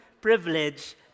privilege